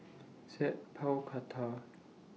Sat Pal Khattar